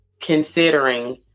considering